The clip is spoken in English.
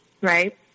right